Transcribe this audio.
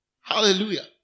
Hallelujah